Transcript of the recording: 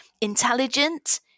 intelligent